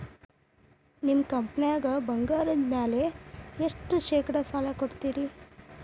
ನಿಮ್ಮ ಕಂಪನ್ಯಾಗ ಬಂಗಾರದ ಮ್ಯಾಲೆ ಎಷ್ಟ ಶೇಕಡಾ ಸಾಲ ಕೊಡ್ತಿರಿ?